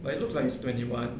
but he looks like he's twenty one